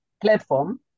platform